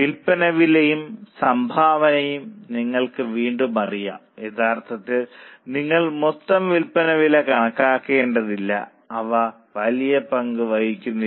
വിൽപ്പന വിലയും സംഭാവനയും നിങ്ങൾക്ക് വീണ്ടും അറിയാം യഥാർത്ഥത്തിൽ നിങ്ങൾ മൊത്തം വിൽപ്പന കണക്കാക്കേണ്ടതില്ല അവ വലിയ പങ്ക് വഹിക്കുന്നില്ല